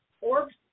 orbs